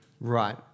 Right